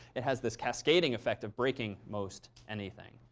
it has this cascading effect of breaking most anything.